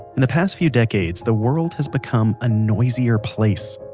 in the past few decades, the world has become a noisier place,